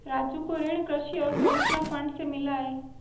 राजू को ऋण कृषि अवसंरचना फंड से मिला है